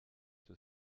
zur